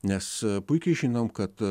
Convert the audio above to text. nes puikiai žinom kad